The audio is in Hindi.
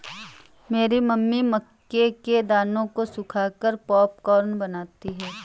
मेरी मम्मी मक्के के दानों को सुखाकर पॉपकॉर्न बनाती हैं